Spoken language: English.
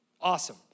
awesome